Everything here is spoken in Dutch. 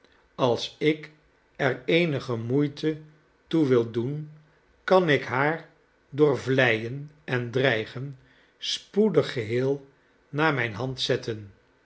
als ik er eenige moeite toe wil doen kan ik haar door vleien en dreigen spoedig geheel naar mijne hand zetten